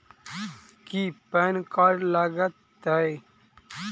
की PAN card लग तै?